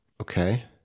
Okay